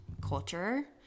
culture